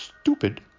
stupid